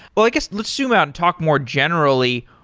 but like guess let's zoom out and talk more generally.